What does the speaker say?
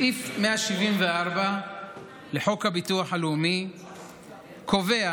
סעיף 174 לחוק הביטוח הלאומי קובע